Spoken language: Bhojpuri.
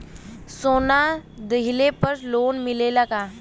सोना दहिले पर लोन मिलल का?